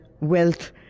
wealth